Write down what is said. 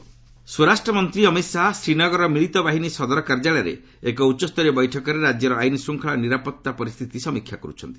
home minister's visit ସ୍ୱରାଷ୍ଟ୍ର ମନ୍ତ୍ରୀ ଅମିତ୍ ଶାହା ଶ୍ରୀନଗରର ମିଳିତ ବାହିନୀ ସଦର କାର୍ଯ୍ୟାଳୟରେ ଏକ ଉଚ୍ଚସ୍ତରୀୟ ବୈଠକରେ ରାଜ୍ୟର ଆଇନ ଶୃଙ୍ଖଳା ଓ ନିରାପତ୍ତା ପରିସ୍ଥିତି ସମୀକ୍ଷା କରୁଛନ୍ତି